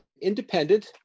independent